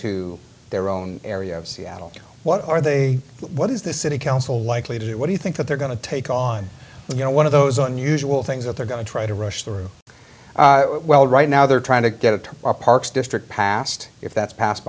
to their own area of seattle what are they what is the city council likely to do what do you think that they're going to take on you know one of those unusual things that they're going to try to rush through well right now they're trying to get it to our parks district passed if that's passed